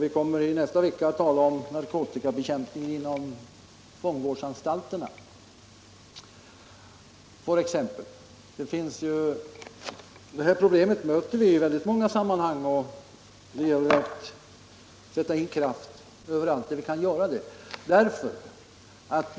Vi kommer i nästa vecka t.ex. att tala om narkotikabekämpning inom fångvårdsanstalterna. Det här problemet möter vi i många sammanhang och det gäller att sätta in kraft överallt där vi kan göra det.